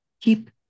keep